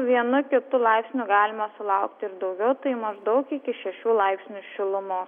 vienu kitu laipsniu galima sulaukti ir daugiau tai maždaug iki šešių laipsnių šilumos